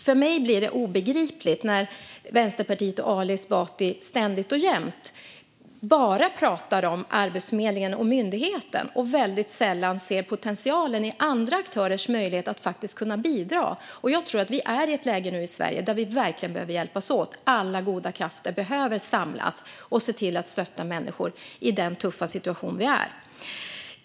För mig blir det obegripligt när Vänsterpartiet och Ali Esbati ständigt och jämt enbart pratar om Arbetsförmedlingen - myndigheten - och väldigt sällan ser potentialen i andra aktörers möjlighet att faktiskt bidra. Jag tror att vi nu är i ett läge i Sverige där vi verkligen behöver hjälpas åt. Alla goda krafter behöver samlas och se till att stötta människor i den tuffa situation vi är i.